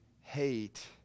hate